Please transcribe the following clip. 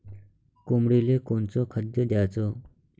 कोंबडीले कोनच खाद्य द्याच?